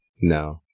No